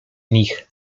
nich